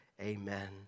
Amen